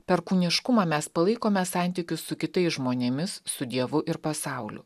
per kūniškumą mes palaikome santykius su kitais žmonėmis su dievu ir pasauliu